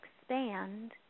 expand